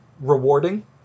rewarding